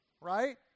Right